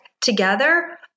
together